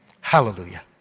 Hallelujah